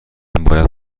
باید